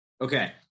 Okay